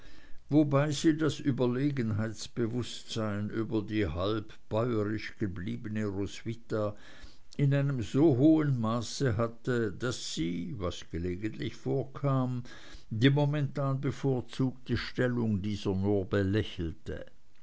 wobei sie das überlegenheitsbewußtsein über die halb bäuerisch gebliebene roswitha in einem so hohen maße hatte daß sie was gelegentlich vorkam die momentan bevorzugte stellung dieser nur belächelte